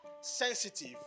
sensitive